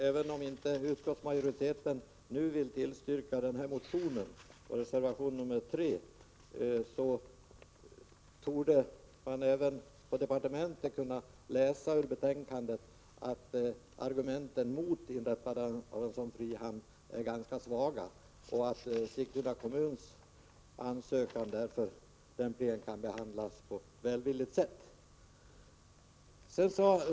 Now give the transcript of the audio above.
Även om utskottsmajoriteten nu inte vill tillstyrka motionen och reservation nr 3, hoppas jag att man på departementet ur betänkandet kan utläsa att argumenten mot ett inrättande av en frihamn är ganska svaga och att Sigtuna kommuns ansökan därför lämpligen kan behandlas på välvilligt sätt.